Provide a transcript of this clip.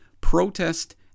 protest